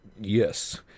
Yes